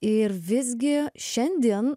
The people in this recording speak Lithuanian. ir visgi šiandien